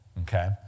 Okay